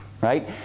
right